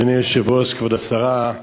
אדוני היושב-ראש, כבוד השרה,